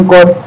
God